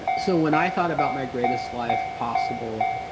so, when i thought about my greatest life possible,